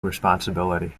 responsibility